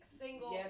single